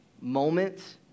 moments